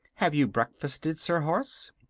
have you breakfasted, sir horse?